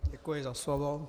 Děkuji za slovo.